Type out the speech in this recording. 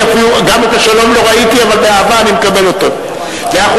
גם את ה"שלום" לא ראיתי, אבל אני מקבל אותו באהבה.